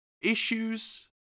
issues